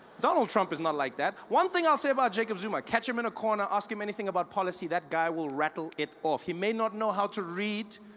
donald trump is not like that one thing i will say about jacob zuma catch him in a corner, ask him anything about policy that guy will rattle it off, he may not know how to read